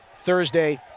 Thursday